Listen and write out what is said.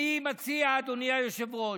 אני מציע, אדוני היושב-ראש,